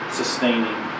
sustaining